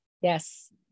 Yes